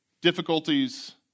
difficulties